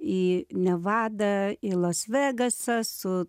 į nevadą į las vegasą su